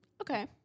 Okay